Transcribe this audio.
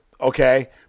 okay